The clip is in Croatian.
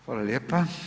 Hvala lijepa.